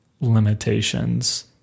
limitations